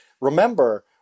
Remember